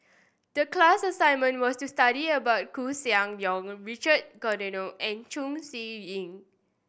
the class assignment was to study about Koeh Sia Yong Richard Corridon and Chong Siew Ying